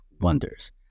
wonders